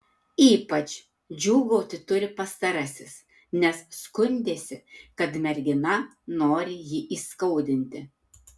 ypač džiūgauti turi pastarasis nes skundėsi kad mergina nori jį įskaudinti